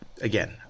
again